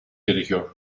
gerekiyor